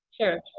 sure